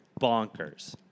bonkers